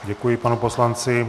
Děkuji panu poslanci.